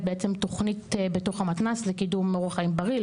בעצם תוכנית בתוך המתנ"ס לקידום אורח חיים בריא,